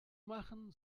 machen